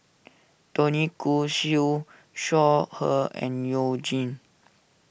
Tony Khoo Siew Shaw Her and You Jin